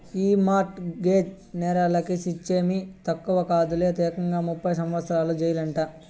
ఈ mortgage నేరాలకి శిచ్చేమీ తక్కువ కాదులే, ఏకంగా ముప్పై సంవత్సరాల జెయిలంట